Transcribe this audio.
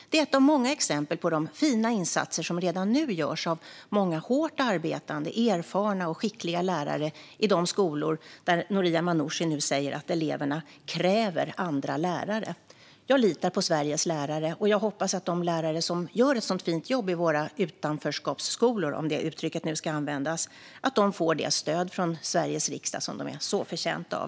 Det är ett av många exempel på de fina insatser som redan nu görs av många hårt arbetande, erfarna och skickliga lärare i de skolor där Noria Manouchi säger att eleverna kräver andra lärare. Jag litar på Sveriges lärare. Och jag hoppas att de lärare som gör ett så fint jobb i våra utanförskapsskolor - om det uttrycket nu ska användas - får det stöd från Sveriges riksdag som de är förtjänta av.